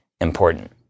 important